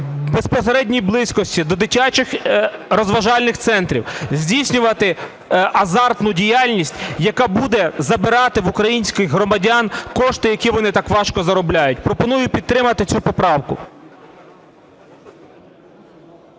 безпосередній близькості до дитячих розважальних центрів здійснювати азартну діяльність, яка буде забирати в українських громадян кошти, які вони так важко заробляють. Пропоную підтримати цю поправку.